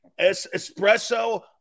espresso